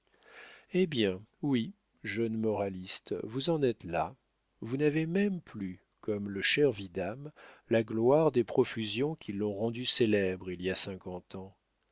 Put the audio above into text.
eh bien oui jeune moraliste vous en êtes là vous n'avez même plus comme le cher vidame la gloire des profusions qui l'ont rendu célèbre il y a cinquante ans